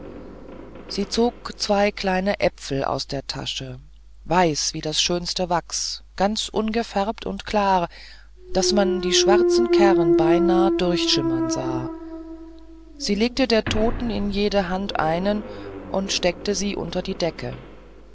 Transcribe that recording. sie zog zwei kleine apfel aus der tasche weiß wie das schönste wachs ganz ungefärbt und klar daß man die schwarzen kern beinah durchschimmern sah sie legte der toten in jede hand einen und steckte sie unter die decke